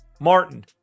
Martin